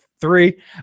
three